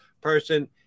person